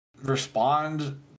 respond